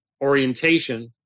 orientation